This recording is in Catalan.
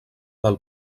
del